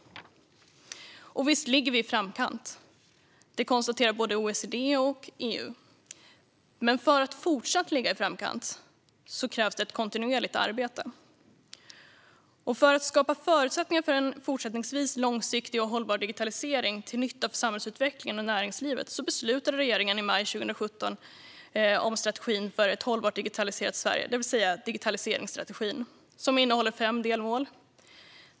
Visst ligger vi i framkant. Det konstaterar både OECD och EU. Men för att fortsatt ligga i framkant krävs ett kontinuerligt arbete. För att skapa förutsättningar för en fortsättningsvis långsiktig och hållbar digitalisering till nytta för samhällsutvecklingen och näringslivet beslutade regeringen i maj 2017 om strategin för ett hållbart digitaliserat Sverige, det vill säga digitaliseringsstrategin, som innehåller fem delmål.